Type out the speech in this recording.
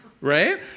Right